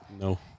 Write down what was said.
No